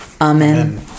Amen